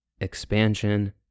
expansion